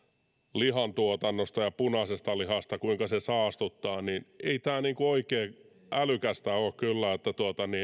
lihantuotannosta ja punaisesta lihasta kuinka se saastuttaa ei tämä oikein älykästä ole kyllä että